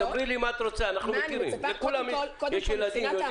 אנחנו מכירים, לכולם יש ילדים.